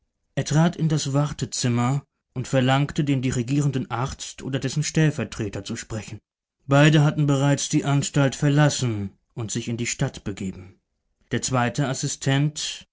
er trat in das wartezimmer und verlangte den dirigierenden arzt oder dessen stellvertreter zu sprechen beide hatten bereits die anstalt verlassen und sich in die stadt begeben der zweite assistent